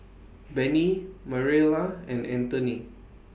Bennie Mariela and Antony